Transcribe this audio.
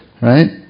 right